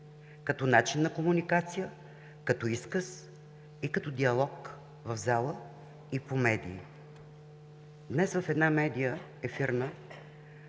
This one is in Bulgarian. като начин на комуникация, като изказ и като диалог в залата и по медиите. Днес в една ефирна